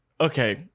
Okay